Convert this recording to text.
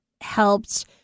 helped